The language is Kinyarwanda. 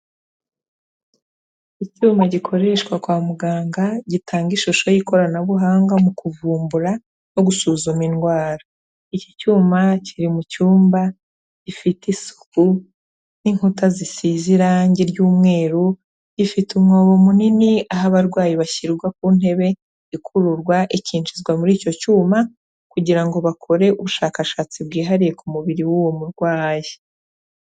Icyuma gikoreshwa kwa muganga gitanga ishusho y'ikoranabuhanga mu kuvumbura no gusuzuma indwara, iki cyuma kiri mu cyumba gifite isuku n'inkuta zisize irangi ry'umweru, gifite umwobo munini aho abarwayi bashyirwa ku ntebe ikururwa ikinjizwa muri icyo cyuma kugira ngo bakore ubushakashatsi bwihariye ku mubiri w'uwo murwayi.